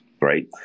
Right